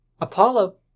Apollo